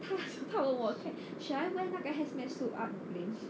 should I wear 那个 hairs mesh suit up